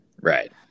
Right